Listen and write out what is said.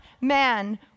man